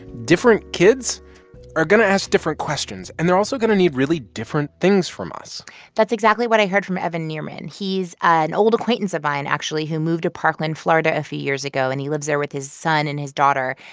different kids are going to ask different questions, and they're also going to need really different things from us that's exactly what i heard from evan nierman. he's an old acquaintance of mine, and actually, who moved to parkland, fla, and a few years ago, and he lives there with his son and his daughter.